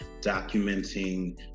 documenting